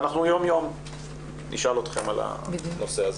ואנחנו יום-יום נשאל אתכם על הנושא הזה.